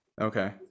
Okay